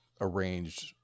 arranged